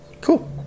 Cool